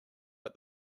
but